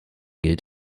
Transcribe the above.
gilt